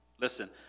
Listen